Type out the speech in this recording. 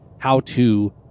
how-to